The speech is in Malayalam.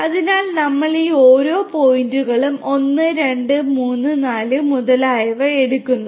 അതിനാൽ നമ്മൾ ഈ ഓരോ പോയിന്റുകളും 1 2 3 4 മുതലായവ എടുക്കുന്നു